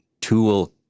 tool